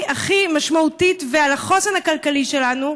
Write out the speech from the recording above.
הכי משמעותית ועל החוסן הכלכלי שלנו,